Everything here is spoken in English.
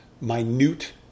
minute